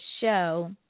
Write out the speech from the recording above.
show